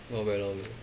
not very long